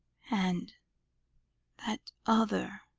and that other